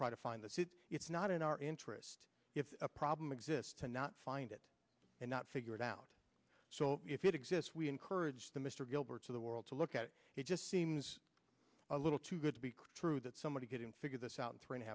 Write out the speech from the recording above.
try to find that it's not in our interest if a problem exists and not find it and not figure it out so if it exists we encourage the mr gilbert's of the world to look at it just seems a little too good to be true that somebody's getting figured this out in three and a